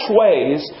ways